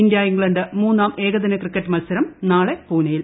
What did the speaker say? India England മൂന്നാം ഏകദിന cricket മത്സരം നാളെ പൂനെയിൽ